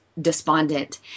despondent